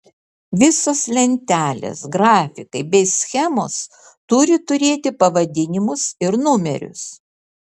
visos lentelės grafikai bei schemos turi turėti pavadinimus ir numerius